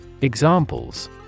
Examples